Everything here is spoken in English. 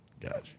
Gotcha